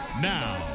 Now